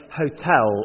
hotel